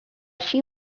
she